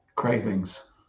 cravings